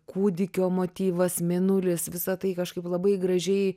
kūdikio motyvas mėnulis visa tai kažkaip labai gražiai